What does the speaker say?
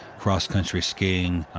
cross country skiing, ah,